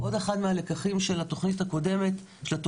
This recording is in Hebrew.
אחד מהלקחים של התוכניות הקודמות,